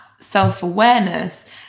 self-awareness